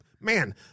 man